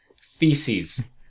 feces